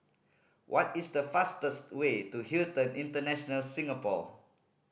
what is the fastest way to Hilton International Singapore